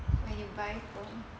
when you buy from